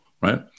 right